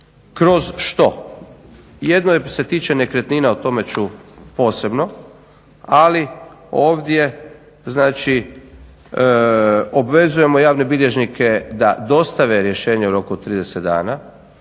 Kroz što? Jedno se tiče nekretnina o tome ću posebno, ali ovdje znači obvezujemo javne bilježnike da dostave rješenje u roku od 30 dana.